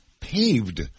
paved